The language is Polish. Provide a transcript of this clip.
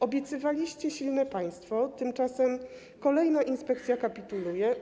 Obiecywaliście silne państwo, tymczasem kolejna inspekcja kapituluje.